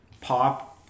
Pop